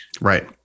Right